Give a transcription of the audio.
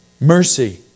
Mercy